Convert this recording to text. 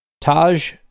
Taj